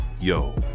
Yo